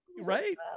Right